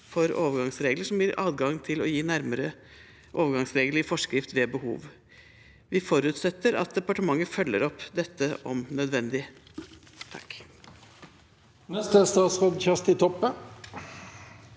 for overgangsregler som gir adgang til å gi nærmere overgangsregel i forskrift ved behov. Vi forutsetter at departementet følger opp dette om nødvendig. Statsråd Kjersti Toppe